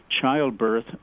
childbirth